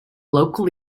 local